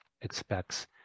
expects